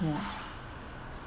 mm